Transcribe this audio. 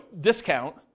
discount